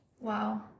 Wow